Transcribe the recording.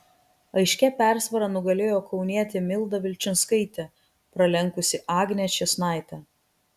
aiškia persvara nugalėjo kaunietė milda vilčinskaitė pralenkusi agnę čėsnaitę